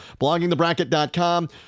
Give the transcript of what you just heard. Bloggingthebracket.com